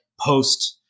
post